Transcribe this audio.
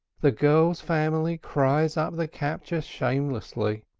the girl's family cries up the capture shamelessly.